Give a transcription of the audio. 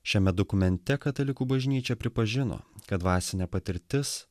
šiame dokumente katalikų bažnyčia pripažino kad dvasinė patirtis